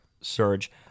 surge